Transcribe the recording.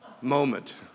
moment